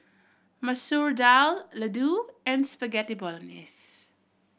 Masoor Dal Ladoo and Spaghetti Bolognese